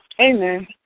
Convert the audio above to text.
Amen